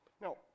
Now